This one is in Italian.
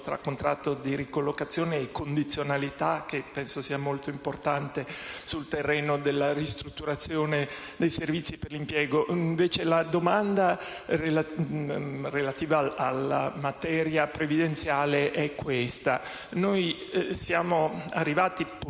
tra contratto di ricollocazione e condizionalità, che penso sia molto importante sul terreno della ristrutturazione dei servizi per l'impiego. La domanda relativa, invece, alla materia previdenziale è la seguente. Noi siamo arrivati, purtroppo,